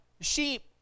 sheep